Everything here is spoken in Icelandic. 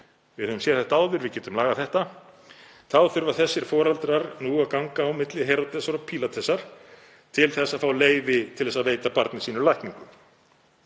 við höfum séð þetta áður, við getum lagað þetta, þá þurfa þessir foreldrar nú að ganga á milli Heródesar og Pílatusar til að fá leyfi til að veita barni sínu lækningu.